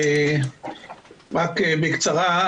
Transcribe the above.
רק בקצרה,